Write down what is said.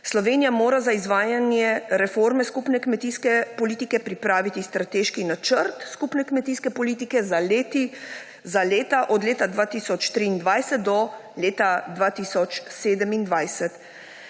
Slovenija mora za izvajanje reforme skupne kmetijske politike pripraviti strateški načrt skupne kmetijske politike od leta 2023 do leta 2027.